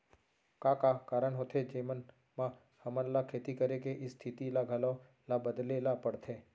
का का कारण होथे जेमन मा हमन ला खेती करे के स्तिथि ला घलो ला बदले ला पड़थे?